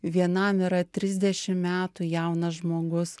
vienam yra trisdešim metų jaunas žmogus